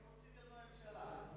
כי הם רוצים להיות בממשלה.